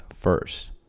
first